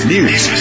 News